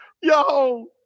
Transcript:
yo